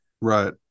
Right